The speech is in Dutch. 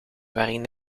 waarin